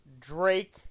Drake